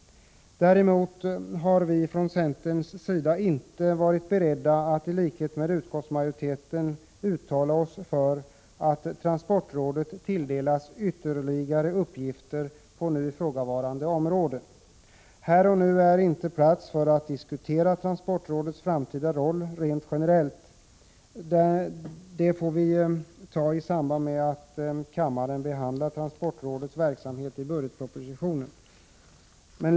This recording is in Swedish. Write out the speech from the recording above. Däremot har vi från centerns sida inte varit beredda att i likhet med utskottsmajoriteten uttala oss för att transportrådet tilldelas ytterligare uppgifter på nu ifrågavarande område. Här och nu är inte platsen att diskutera transportrådets framtida roll rent generellt. Det får vi göra när kammaren behandlar transportrådets verksamhet i samband med budgetpropositionen.